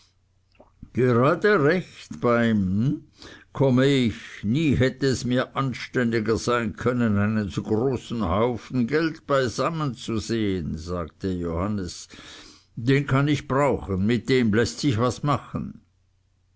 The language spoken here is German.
gerade recht beim komme ich nie hätte es mir anständiger sein können einen so großen haufen geld beisammen zu sehen sagte johannes den kann ich brauchen mit dem läßt sich was machen